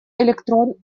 электрон